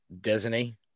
disney